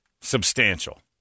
substantial